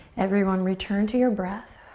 everyone return to your breath.